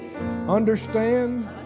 Understand